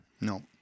No